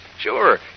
Sure